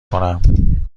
کنم